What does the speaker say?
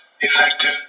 effective